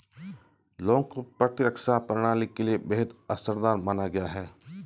लौंग को प्रतिरक्षा प्रणाली के लिए बेहद असरदार माना गया है